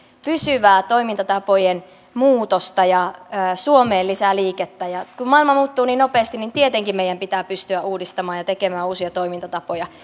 pysyvää toimintatapojen muutosta ja suomeen lisää liikettä ja kun maailma muuttuu niin nopeasti niin tietenkin meidän pitää pystyä uudistamaan ja tekemään uusia toimintatapoja vanhojen